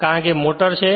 કારણ કે રોટર છે